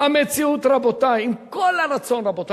המציאות, רבותי, עם כל הרצון, רבותי.